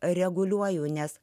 reguliuoju nes